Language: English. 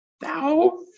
Thou